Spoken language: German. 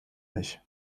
nicht